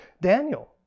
Daniel